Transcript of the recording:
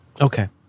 Okay